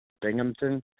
Binghamton